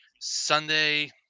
Sunday